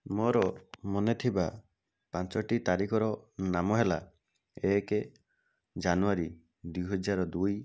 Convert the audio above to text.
ମୋର ମନେ ଥିବା ପାଞ୍ଚୋଟି ତାରିଖର ନାମ ହେଲା ଏକ ଜାନୁଆରୀ ଦୁଇହଜାର ଦୁଇ